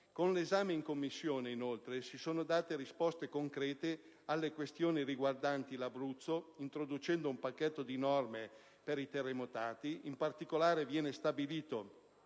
Con l'esame in Commissione, inoltre, si sono date risposte concrete alle questioni riguardanti l'Abruzzo, introducendo un pacchetto di norme per i terremotati. In particolare, viene stabilito